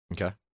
Okay